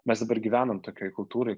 mes dabar gyvenam tokioj kultūroj